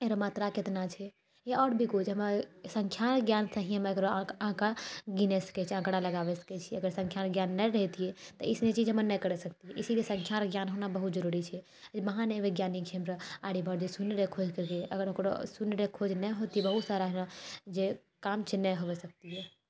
एरए मात्रा केतना छै या आओर भी कुछ हमरा सङ्ख्याके ज्ञानसँ ही हम एकरा आँका गिनय सकैत छियै आँकड़ा लगाबए सकैत छियै अगर सङ्ख्याके ज्ञान न रहतियै त एसनी चीज हमे नहि कर सकतियै इसीलिए संख्यार ज्ञान होना बहुत जरुरी छै महान वैज्ञानिक छै हमरा आर्यभट्ट जे शून्यर खोज केलकय अगर ओकरो शून्यर खोज नहि होतियै बहुत सारार जे काम छै नहि होबय सकतियै